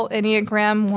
Enneagram